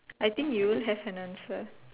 I think you'll have an answer